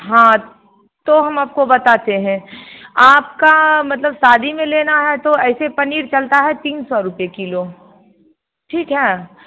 हाँ तो हम आपको बताते हैं आपका मतलब शादी में लेना है तो ऐसे पनीर चलता है तीन सौ रुपये किलो ठीक है